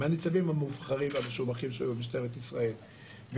מהניצבים המובחרים והמשובחים שהיו במשטרת ישראל.